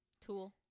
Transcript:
Tool